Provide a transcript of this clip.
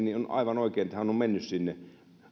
niin on aivan oikein että hän on mennyt sinne